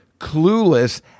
clueless